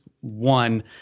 one